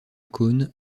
cône